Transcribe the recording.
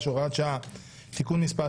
היום יום שני ט"ז בטבת תשפ"ב,